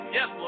Yes